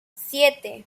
siete